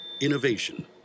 Innovation